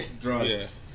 drugs